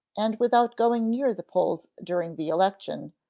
and without going near the polls during the election,